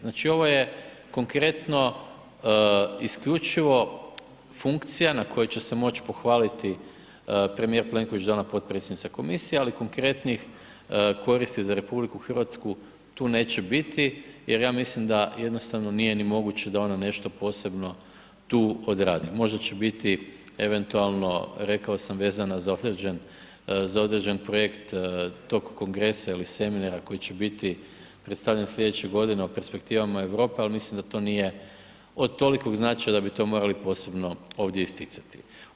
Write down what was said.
Znači ovo je konkretno isključivo funkcija na koju će se moći pohvaliti premijer Plenković da je ona potpredsjednica Komisije ali konkretnih koristi za RH tu neće biti jer ja mislim da jednostavno nije ni moguće da ona nešto posebno tu odradi, možda će biti eventualno rekao sam vezano da određen projekt tog kongresa ili seminara koji će biti predstavljen sljedeće godine o perspektivama Europe ali mislim da to nije od tolikog značaja da bi to morali posebno ovdje isticati.